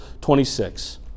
26